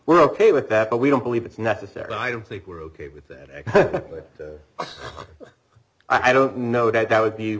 we're ok with that but we don't believe it's necessary i don't think we're ok with that but i don't know that that would be